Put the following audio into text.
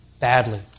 badly